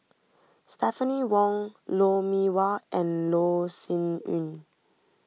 Stephanie Wong Lou Mee Wah and Loh Sin Yun